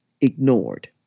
ignored